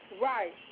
Right